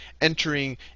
entering